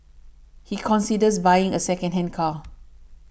he considers buying a secondhand car